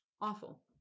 awful